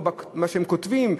או במה שהם כותבים,